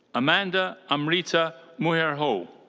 amanda amrita moerahoe.